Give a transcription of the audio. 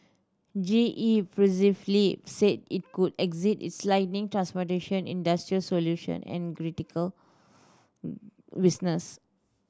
G E previously said it could exit its lighting transportation industrial solution and critical